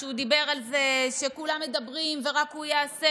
שהוא מדבר על זה שכולם מדברים ורק הוא יעשה,